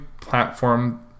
platform